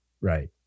Right